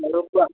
আৰু কোৱা